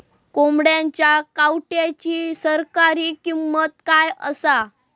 कोंबड्यांच्या कावटाची सरासरी किंमत काय असा?